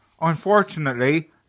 Unfortunately